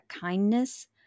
kindness